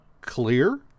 clear